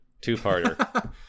Two-parter